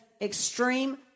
Extreme